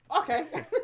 Okay